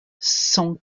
cent